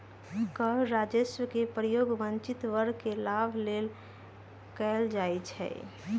कर राजस्व के प्रयोग वंचित वर्ग के लाभ लेल कएल जाइ छइ